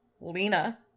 Lena